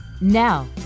Now